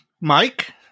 Mike